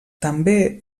també